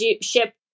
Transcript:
ship